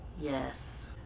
Yes